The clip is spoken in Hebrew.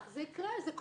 זה יקרה, זה קורה.